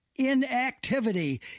Inactivity